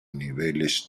niveles